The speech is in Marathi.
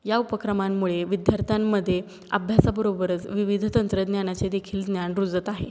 या उपक्रमांमुळे विद्यार्थ्यांमध्ये अभ्यासाबरोबरच विविध तंत्रज्ञानाचे देखील ज्ञान रुजत आहे